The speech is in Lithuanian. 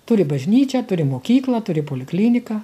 turi bažnyčią turi mokyklą turi polikliniką